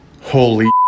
Holy